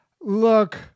look